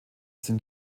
sind